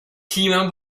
klimę